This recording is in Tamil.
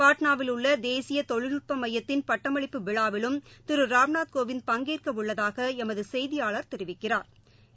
பாட்னாவிலுள்ளதேசியதொழில்நுட்பமையத்தின் பட்டமளிப்பு விழாவிலும் திருராம்நாத் கோவிந்த் பங்கேற்கஉள்ளதாகளமதுசெய்தியாளா் தெரிவிக்கிறாா்